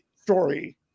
story